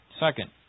Second